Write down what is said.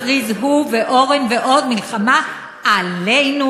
מכריזים הוא ואורן ועוד מלחמה עלינו,